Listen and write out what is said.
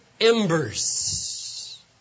embers